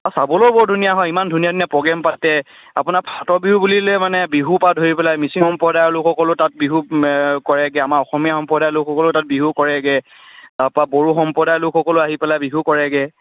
অঁ চাবলৈও বৰ ধুনীয়া হয় ইমান ধুনীয়া ধুনীয়া প্ৰগ্ৰেম পাতে আপোনাৰ ফাটৰ বিহু বুলিলে মানে বিহুৰপৰা ধৰি পেলাই মিচিং সম্প্ৰদায়ৰ লোকসকলো তাত বিহু কৰেগৈ আমাৰ অসমীয়া সম্প্ৰদায়ৰ লোকসকললো তাত বিহু কৰেগৈ তাৰপৰা বড়ো সম্প্ৰদায়ৰ লোকসকলো আহি পেলাই বিহু কৰেগৈ